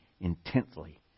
intently